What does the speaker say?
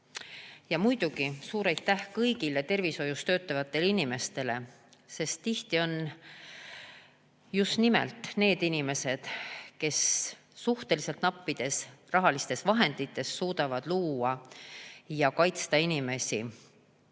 Ja muidugi suur aitäh kõigile tervishoius töötavatele inimestele! Sest tihti on just nimelt nemad need inimesed, kes suhteliselt nappide rahaliste vahenditega suudavad kaitsta inimesi.